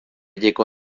jeko